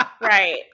Right